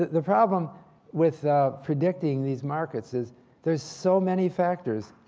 the problem with predicting these markets is there's so many factors.